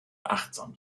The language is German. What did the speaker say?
achtsam